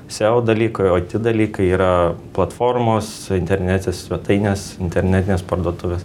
seo dalykai o ti dalykai yra platformos internetinės svetainės internetinės parduotuvės